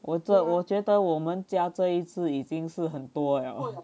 我这我觉得我们家这一只已经是很多了